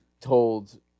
told